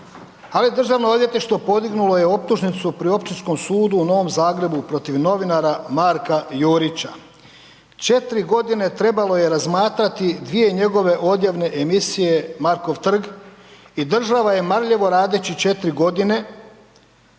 Državno odvjetništvo podignulo je optužnicu pri Općinskom sudu u Novom Zagrebu protiv novinara Marka Jurića. 4 g. trebalo je razmatrati dvije njegove odjavne emisije „Marko trg“ i država je marljivo radeći 4 g.